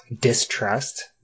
distrust